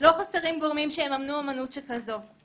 לא חסרים גורמים שיממנו אומנות שכזו,